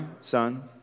son